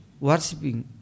worshipping